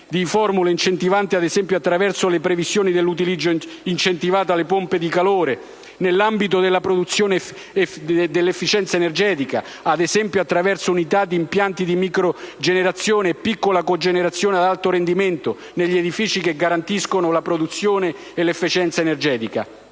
di formule incentivanti, ad esempio, attraverso la previsione dell'utilizzo incentivato delle pompe di calore nell'ambito della produzione efficiente di energia e, ad esempio, attraverso unità ed impianti di microcogenerazione e piccola cogenerazione ad alto rendimento negli edifici che garantiscono la produzione efficiente di energia.